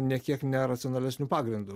nė kiek ne racionalesniu pagrindu